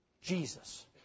Jesus